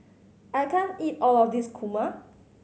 I can't eat all of this kurma